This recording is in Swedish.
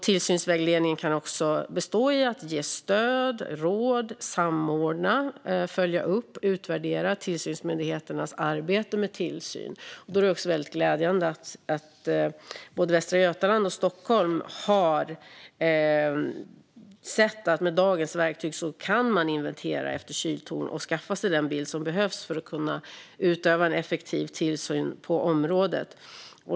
Tillsynsvägledning kan också bestå i att ge stöd, råd, samordna, följa upp och utvärdera tillsynsmyndigheternas arbete med tillsyn. Det är glädjande att både Västra Götaland och Stockholm har sett att man med dagens verktyg kan inventera efter kyltorn och skaffa den bild som behövs för att kunna utöva en effektiv tillsyn på området.